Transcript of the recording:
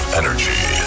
energy